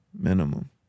Minimum